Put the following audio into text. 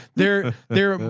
they're there.